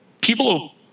people